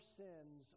sins